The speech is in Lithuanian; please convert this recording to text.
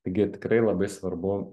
taigi tikrai labai svarbu